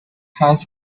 has